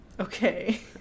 Okay